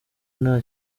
nta